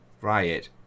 Riot